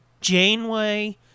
Janeway